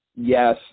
yes